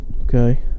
Okay